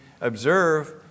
observe